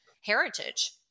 heritage